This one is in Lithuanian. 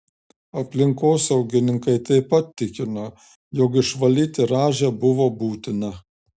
aplinkosaugininkai taip pat tikino jog išvalyti rąžę buvo būtina